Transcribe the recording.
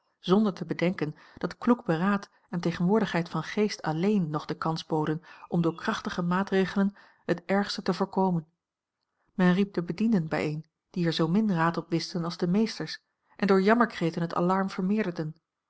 zonder te bedenken dat kloek beraad en tegenwoordigheid van geest alleen nog de kans boden om door krachtige maatregelen het ergste te voorkomen men riep de bedienden bijeen die er zoomin raad op wisten als de meesters en door jammerkreten het alarm vermeerderden